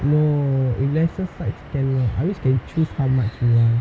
no if lesser sides cannot I wish we can choose how much we want